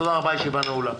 תודה רבה לכולם הישיבה נעולה.